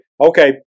okay